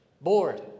bored